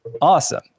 Awesome